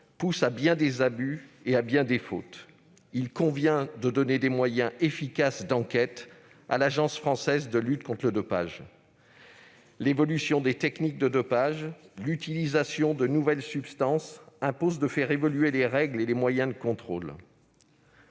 poussent à bien des abus et à bien des fautes. Il convient donc de donner des moyens efficaces d'enquête à l'Agence française de lutte contre le dopage. L'évolution des techniques de dopage, l'utilisation de nouvelles substances imposent de faire évoluer les règles et les moyens de contrôle.